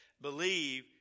believe